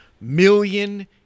million